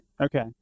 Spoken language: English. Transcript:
okay